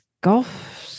golf